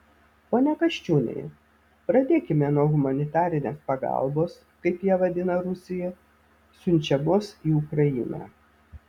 pone kasčiūnai pradėkime nuo humanitarinės pagalbos kaip ją vadina rusija siunčiamos į ukrainą